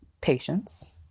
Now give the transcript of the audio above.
patience